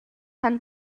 han